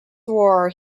war